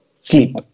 sleep